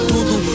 Tudo